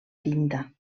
tinta